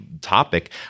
topic